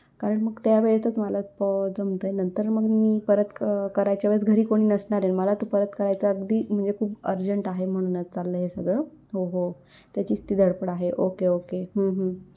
कारण मग त्या वेळेतच मला प जमतं आहे नंतर मग मी परत क करायच्या वेळेस घरी कोणी नसणार आहे मला ते परत करायचं अगदी म्हणजे खूप अर्जंट आहे म्हणूनच चाललं आहे हे सगळं हो हो त्याचीच ती धडपड आहे ओके ओके